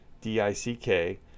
D-I-C-K